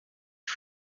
too